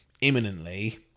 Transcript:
imminently